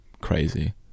crazy